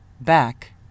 back